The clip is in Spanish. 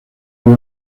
han